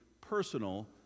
personal